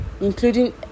including